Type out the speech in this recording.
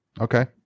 Okay